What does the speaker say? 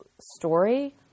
story